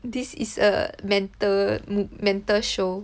this is a mental mental show